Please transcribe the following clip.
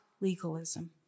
legalism